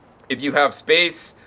if you have space,